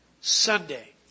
Sunday